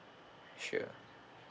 sure